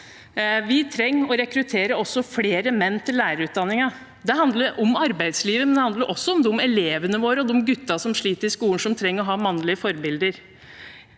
Vi trenger å rekruttere også flere menn til lærerutdanningen. Det handler om arbeidslivet, men det handler også om de elevene våre og de guttene som sliter i skolen og trenger å ha mannlige forbilder.